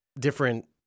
different